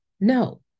No